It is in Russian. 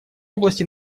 области